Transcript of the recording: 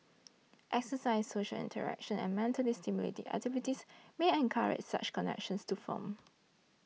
exercise social interaction and mentally stimulating activities may encourage such connections to form